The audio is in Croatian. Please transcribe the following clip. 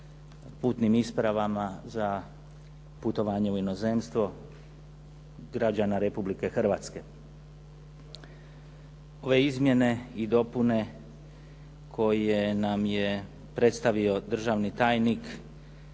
putnim ispravama za putovanje u inozemstvo građana Republike Hrvatske. Ove izmjene i dopune koje nam je predstavio državni tajnik